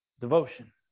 Devotion